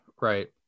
right